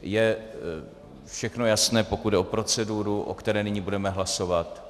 Je všechno jasné, pokud jde o proceduru, o které nyní budeme hlasovat?